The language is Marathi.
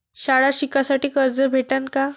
शाळा शिकासाठी कर्ज भेटन का?